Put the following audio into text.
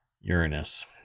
Uranus